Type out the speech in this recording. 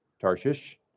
Tarshish